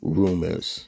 rumors